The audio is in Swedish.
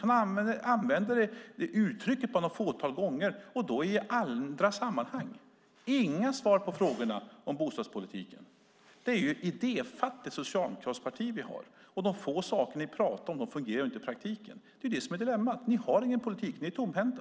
Han använde uttrycket ett fåtal gånger men i andra sammanhang. Han gav inga svar på frågorna om bostadspolitiken. Det är ett idéfattigt socialdemokratiskt parti vi har, och de få saker ni talar om fungerar inte i praktiken. Ert dilemma är att ni inte har någon politik; ni är tomhänta.